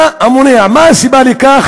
מה המונע, מה הסיבה לכך